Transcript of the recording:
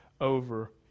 over